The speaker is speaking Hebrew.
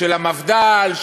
של המפד"ל,